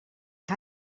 que